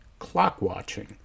Clockwatching